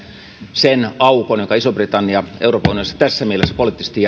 sen aukon jonka iso britannia euroopan unioniin tässä mielessä poliittisesti